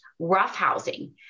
roughhousing